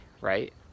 right